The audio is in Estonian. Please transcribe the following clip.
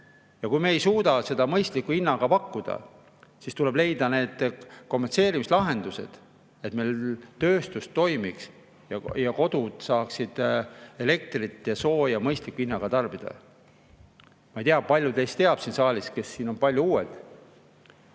Ja kui me ei suuda seda mõistliku hinnaga pakkuda, siis tuleb leida kompenseerimislahendused, et meil tööstus toimiks ning kodud saaksid elektrit ja sooja mõistliku hinnaga tarbida. Ma ei tea, kui paljud teist teavad siin saalis – siin on palju uusi